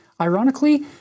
Ironically